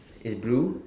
is blue